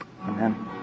Amen